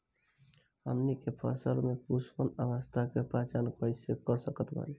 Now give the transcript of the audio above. हमनी के फसल में पुष्पन अवस्था के पहचान कइसे कर सकत बानी?